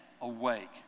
awake